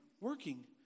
working